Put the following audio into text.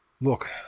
Look